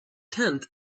tent